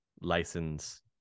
license